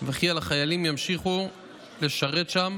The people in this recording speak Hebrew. וכי החיילים ימשיכו לשרת שם